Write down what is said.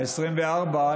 העשרים-וארבע,